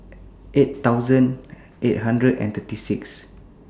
eight thousand eight hundred and thirty six